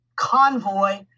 convoy